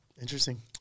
Interesting